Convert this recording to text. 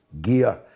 gear